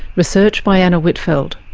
research by anna whitfeld,